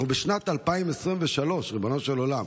אנחנו בשנת 2023, ריבונו של עולם.